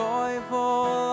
Joyful